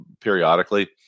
periodically